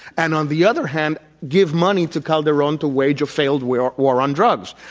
and on the other hand, give money to calderon to wage a failed war war on drugs.